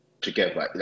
Together